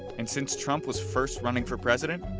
and since trump was first running for president,